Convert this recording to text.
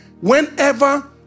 Whenever